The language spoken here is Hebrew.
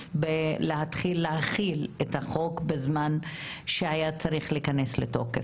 להתחיל להחיל את החוק בזמן שהיה צריך להיכנס לתוקף.